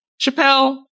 Chappelle